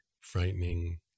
frightening